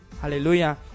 Hallelujah